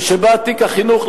ושבה תיק החינוך,